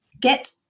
get